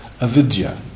avidya